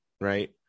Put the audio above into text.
right